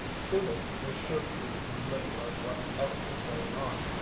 judith was sure to be in the middle of whatever was going on.